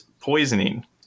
Poisoning